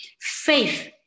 faith